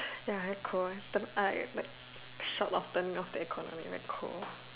ya very cold I like short often off the aircon very cold